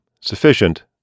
sufficient